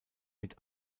mit